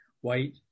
white